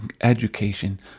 education